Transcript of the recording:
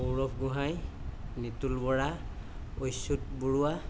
Sourav Gohain Nitul Bora Achyut Barua